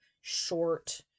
short